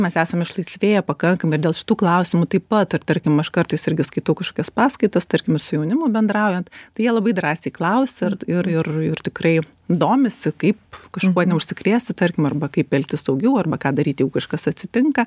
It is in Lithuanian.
mes esam išlaisvėję pakankamai ir dėl šitų klausimų taip pat ir tarkim aš kartais irgi skaitau kažkokias paskaitas tarkim su jaunimu bendraujant tai jie labai drąsiai klausia ir ir ir ir tikrai domisi kaip kažkuo neužsikrėsti tarkim arba kaip elgtis saugiau arba ką daryti jeigu kažkas atsitinka